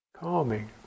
calming